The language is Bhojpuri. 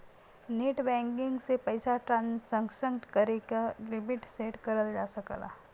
नेटबैंकिंग से पइसा ट्रांसक्शन करे क लिमिट सेट करल जा सकला